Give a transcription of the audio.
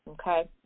Okay